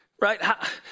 right